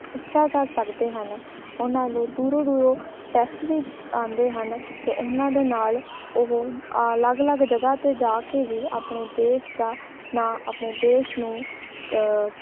ਉੱਚਾ ਕਰ ਸਕਦੇ ਹਨ ਉਹਨਾਂ ਨੂੰ ਦੂਰੋਂ ਦੂਰੋਂ ਟੈਸਟ ਵੀ ਆਉਂਦੇ ਹਨ ਅਤੇ ਉਹਨਾਂ ਦੇ ਨਾਲ ਉਹ ਅਲੱਗ ਅਲੱਗ ਜਗ੍ਹਾ 'ਤੇ ਜਾ ਕੇ ਵੀ ਆਪਣੇ ਦੇਸ਼ ਦਾ ਨਾਂ ਆਪਣੇ ਦੇਸ਼ ਨੂੰ